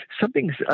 Something's